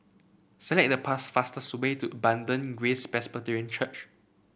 select the past fastest way to Abundant Grace Presbyterian Church